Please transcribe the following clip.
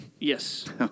Yes